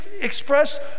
express